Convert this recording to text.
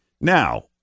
Now